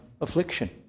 affliction